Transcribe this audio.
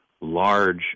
large